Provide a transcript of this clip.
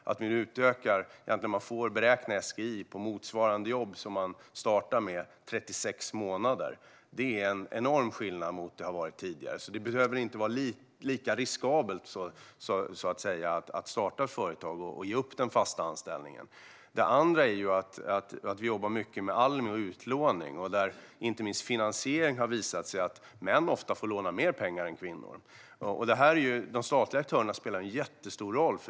Vi utökar så att den som startar företag får beräkna SGI på ett motsvarande jobb i 36 månader. Det är en enorm skillnad mot hur det har varit tidigare. Det behöver inte vara lika riskabelt, så att säga, att starta företag och ge upp den fasta anställningen. En annan sak är att vi jobbar mycket med Almi och utlåning. När det gäller finansiering har det visat sig att män ofta får låna mer pengar än kvinnor. De statliga aktörerna spelar en jättestor roll.